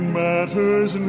matters